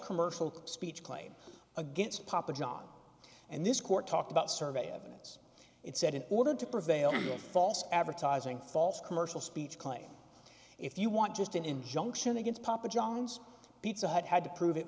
commercial speech claim against papa john and this court talked about survey evidence it said in order to prevail here false advertising false commercial speech claim if you want just an injunction against papa john's pizza hut had to prove it